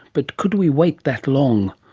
but could we wait that long,